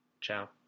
Ciao